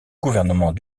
gouvernement